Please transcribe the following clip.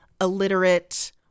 illiterate